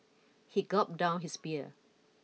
he gulped down his beer